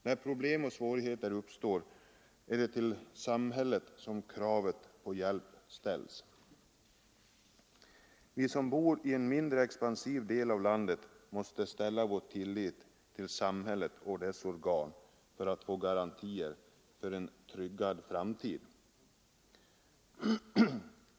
När problem och svårigheter uppstår, är det till samhället som kravet på hjälp ställs. Vi som bor i en mindre expansiv del av landet måste sätta vår tillit till samhället och dess organ för att få garantier för en tryggad framtid.